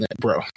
bro